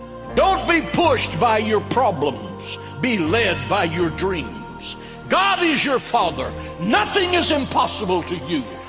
don't be pushed by your problems be led by your dreams god is your father nothing is impossible to you.